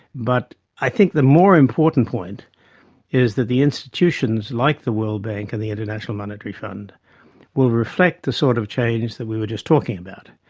but i think the more important point is that the institutions like the world bank and the international monetary fund will reflect the sort of change that we were just talking about,